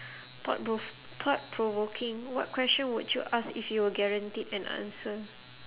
thought-prov~ thought-provoking what question would you ask if you were guaranteed an answer